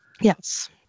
Yes